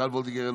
מיכל וולדיגר,